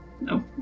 No